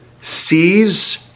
Sees